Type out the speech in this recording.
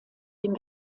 dem